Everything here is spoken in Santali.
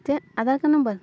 ᱪᱮᱫ ᱟᱫᱷᱟᱨ ᱠᱟᱨᱰ ᱱᱟᱢᱵᱟᱨ